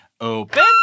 Open